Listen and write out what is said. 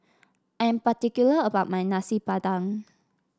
I am particular about my Nasi Padang